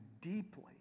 deeply